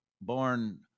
born